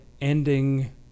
ending